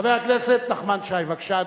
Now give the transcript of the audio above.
חבר הכנסת נחמן שי, בבקשה,